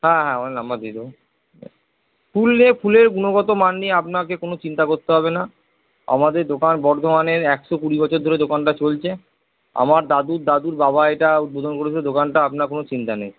হ্যাঁ হ্যাঁ অল নম্বর দিয়ে দেব ফুল নিয়ে ফুলের গুণগত মান নিয়ে আপনাকে কোন চিন্তা করতে হবে না আমাদের দোকান বর্ধমানের একশো কুড়ি বছর ধরে দোকানটা চলছে আমার দাদুর দাদুর বাবা এটা উদ্বোধন করেছিলো দোকানটা আপনার কোন চিন্তা নেই